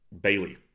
Bailey